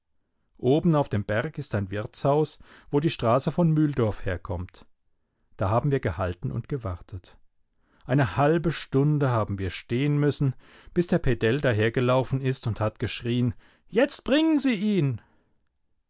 oben auf dem berg ist ein wirtshaus wo die straße von mühldorf herkommt da haben wir gehalten und haben gewartet eine halbe stunde haben wir stehen müssen bis der pedell dahergelaufen ist und hat geschrien jetzt bringen sie ihn